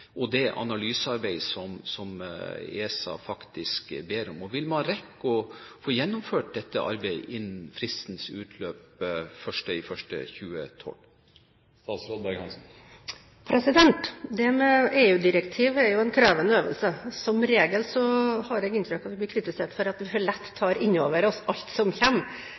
det analysearbeidet som ESA ber om. Vil man rekke å få gjennomført dette arbeidet innen fristens utløp den 1. januar 2012? Det med EU-direktiv er jo en krevende øvelse. Som regel har jeg inntrykk av at vi blir kritisert for at vi for lett tar inn over oss alt som